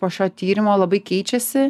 po šio tyrimo labai keičiasi